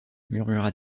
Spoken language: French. murmura